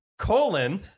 Colon